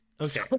Okay